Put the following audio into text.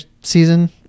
season